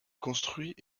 construit